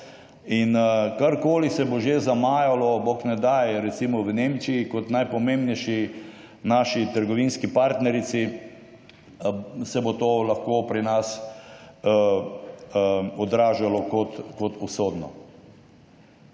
in karkoli se bo že zamajalo bog ne daj recimo v Nemčiji kot najpomembnejši naši trgovinski partnerici se bo to lahko pri nas odražalo kot usodno.